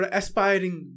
aspiring